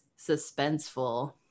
suspenseful